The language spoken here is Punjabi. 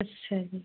ਅੱਛਾ ਜੀ